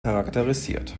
charakterisiert